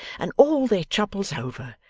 and all their troubles over!